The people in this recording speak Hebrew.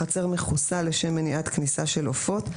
החצר מכוסה לשם מניעת כניסה של עופות.